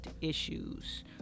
issues